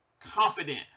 confident